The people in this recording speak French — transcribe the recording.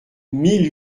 mille